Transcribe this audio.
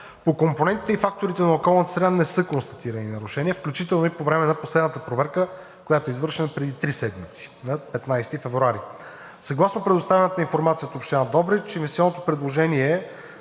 По компонентите и факторите на околната среда не са констатирани нарушения, включително и по време на последната проверка, която е извършена преди три седмици, на 15 февруари. Съгласно предоставената информация от Община Добрич инвестиционното предложение е